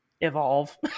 evolve